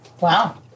Wow